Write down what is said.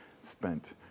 spent